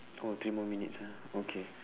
oh three more minutes ah okay